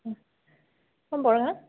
বৰগাঙত